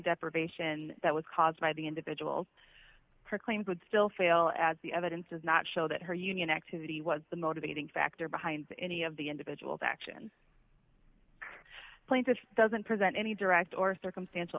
deprivation that was caused by the individual's claims would still fail as the evidence does not show that her union activity was the motivating factor behind any of the individual's actions plaintiff doesn't present any direct or circumstantial